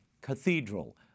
Cathedral